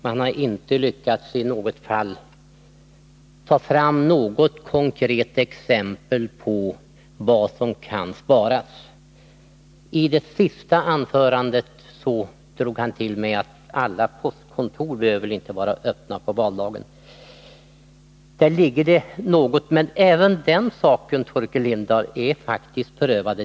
Han har inte lyckats i något fall att ta fram något konkret exempel på vad som kan sparas. I det senaste anförandet drog han till med att alla postkontor inte behöver vara öppna på valdagen. Där ligger det något, men även den saken är faktiskt prövad.